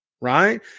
right